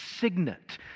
signet